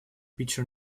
peter